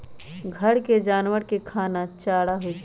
घर के जानवर के खाना चारा होई छई